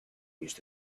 used